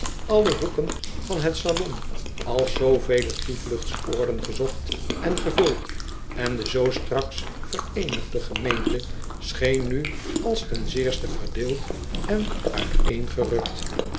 alle hoeken van het salon als zoovele toevluchtsoorden gezocht en gevuld en de zoo straks vereenigde gemeente scheen nu als ten zeerste verdeeld en